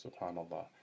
SubhanAllah